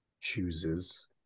chooses